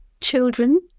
Children